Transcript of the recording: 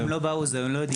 הם לא באו אז הם לא יודעים.